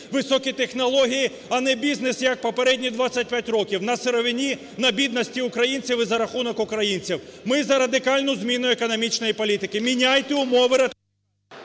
високі технології, а не бізнес, як попередні 25 років, на сировині, на бідності українців і за рахунок українців. Ми за радикальну зміну економічної політики. Міняйте умови…